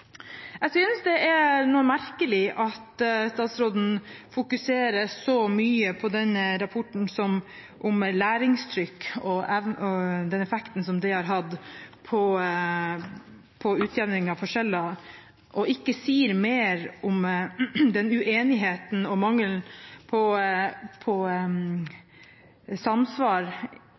Jeg synes det er noe merkelig at statsråden fokuserer så mye på rapporten om læringstrykk og den effekten som det har hatt på utjevning av forskjeller, og ikke sier mer om den uenigheten og mangelen på